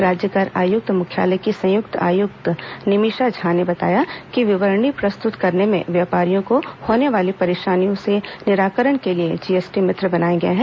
राज्य कर आयुक्त मुख्यालय की संयुक्त आयुक्त निमिषा झा ने बताया कि विवरणी प्रस्तुत करने में व्यापारियों को होने वाली परेशानियों के निराकरण के लिए जीएसटी मित्र बनाए गए हैं